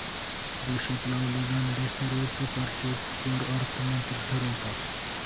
देशात लावले जाणारे सर्व प्रकारचे कर अर्थमंत्री ठरवतात